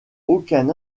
aucun